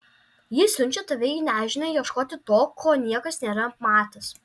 ji siunčia tave į nežinią ieškoti to ko niekas nėra matęs